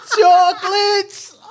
chocolates